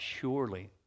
Surely